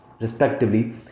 respectively